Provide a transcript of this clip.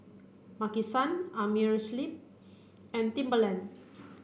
Maki San Amerisleep and Timberland